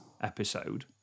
episode